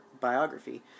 biography